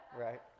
right